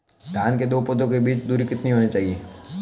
धान के दो पौधों के बीच की दूरी कितनी होनी चाहिए?